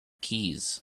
keys